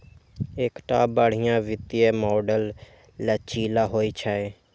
एकटा बढ़िया वित्तीय मॉडल लचीला होइ छै